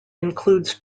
includes